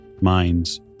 minds